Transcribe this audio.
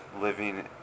living